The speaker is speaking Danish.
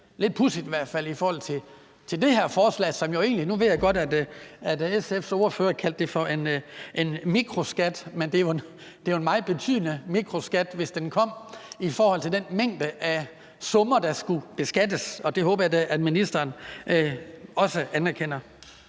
lidt pudsigt i hvert fald i forhold til det her forslag. Nu ved jeg godt, at SF's ordfører kaldte det for en mikroskat, men det er jo en meget betydende mikroskat, hvis den kom, i forhold til den mængde af summer, der skulle beskattes, og det håber jeg da at ministeren også anerkender.